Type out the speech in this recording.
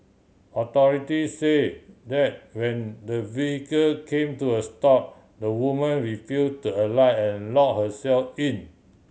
authority say that when the vehicle came to a stop the woman refuse to alight and lock herself in